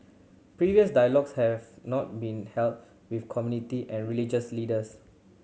previous dialogues have not been held with community and religious leaders